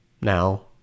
Now